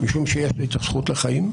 משום שיש לי את הזכות לחיים,